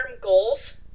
goals